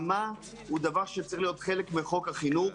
ה-מה הוא דבר שצריך להיות חלק מחוק החינוך,